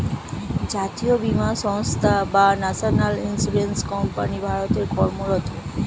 জাতীয় বীমা সংস্থা বা ন্যাশনাল ইন্স্যুরেন্স কোম্পানি ভারতে কর্মরত